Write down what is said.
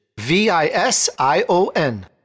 V-I-S-I-O-N